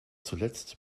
zuletzt